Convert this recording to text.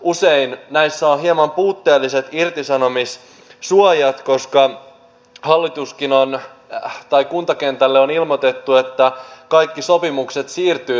usein näissä on hieman puutteelliset irtisanomissuojat koska kuntakentälle on ilmoitettu että kaikki sopimukset siirtyvät maakunnille